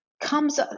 comes